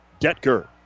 Detker